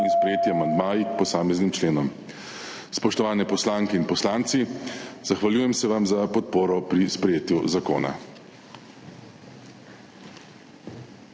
sprejeti amandmaji k posameznim členom. Spoštovane poslanke in poslanci, zahvaljujem se vam za podporo pri sprejetju zakona.